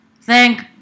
thank